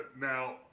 now